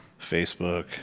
Facebook